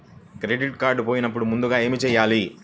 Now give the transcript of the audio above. Credit card పోయినపుడు ముందుగా ఏమి చేయాలి?